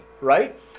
Right